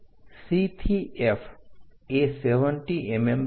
તો C થી F એ 70 mm છે